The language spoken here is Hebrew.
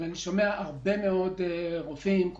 אבל אני שומע הרבה מאוד רופאים,